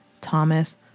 Thomas